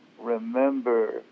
remember